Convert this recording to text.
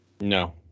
No